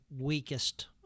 weakest